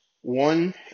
one